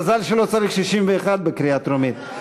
מזל שלא צריך 61 בקריאה טרומית.